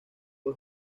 fue